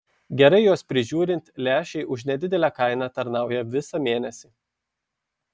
gerai juos prižiūrint lęšiai už nedidelę kainą tarnauja visą mėnesį